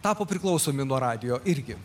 tapo priklausomi nuo radijo irgi